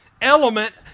element